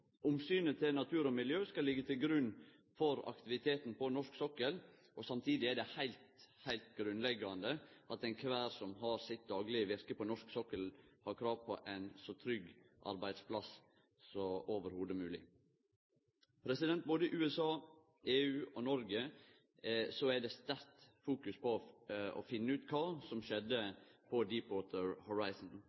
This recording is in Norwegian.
Omsynet til natur og miljø skal liggje til grunn for aktiviteten på norsk sokkel. Samtidig er det heilt grunnleggjande at kvar og ein som har sitt daglege virke på norsk sokkel, har krav på ein så trygg arbeidsplass som i det heile mogleg. Både i USA, i EU og i Noreg er det sterkt fokus på å finne ut kva som skjedde på